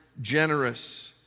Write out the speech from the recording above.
generous